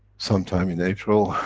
sometime in april,